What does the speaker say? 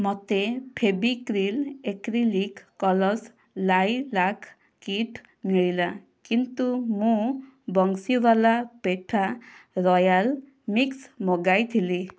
ମୋତେ Fevicryl acrylic colours lilac kit ମିଳିଲା କିନ୍ତୁ ମୁଁ ବଂଶୀୱାଲା ପେଠା ରୟାଲ୍ ମିକ୍ସ ମଗାଇଥିଲି